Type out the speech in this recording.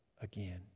again